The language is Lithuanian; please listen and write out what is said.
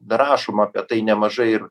dar rašoma apie tai nemažai ir